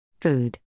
Food